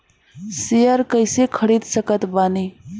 Share कइसे खरीद सकत बानी?